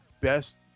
best